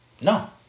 No